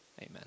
Amen